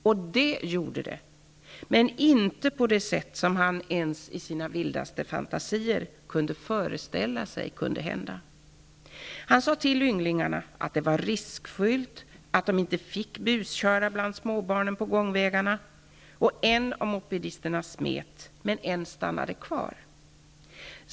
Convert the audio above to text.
Och det gjorde det, men inte på det sätt han ens i sina vildaste fantasier kunde föreställa sig. Han sade till ynglingarna att det var riskfyllt, att de inte fick busköra bland småbarnen på gångvägarna. En av mopedisterna smet, men en stannade kvar.